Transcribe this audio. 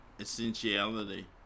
essentiality